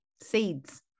Seeds